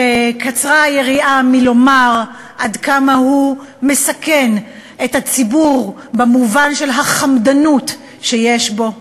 וקצרה היריעה מלומר עד כמה הוא מסכן את הציבור במובן של החמדנות שיש בו.